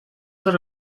for